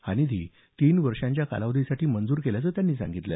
हा निधी तीन वर्षांच्या कालावधीसाठी मंजूर केल्याचं त्यांनी सांगितलं